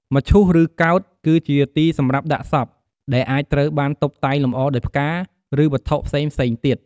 មឈូស ឬកោដ្ឋ គឺជាទីសម្រាប់ដាក់សព ដែលអាចត្រូវបានតុបតែងលម្អដោយផ្កា ឬវត្ថុផ្សេងៗទៀត។